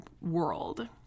world